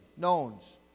knowns